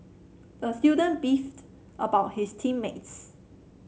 the student beefed about his team mates